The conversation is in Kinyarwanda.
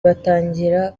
batangira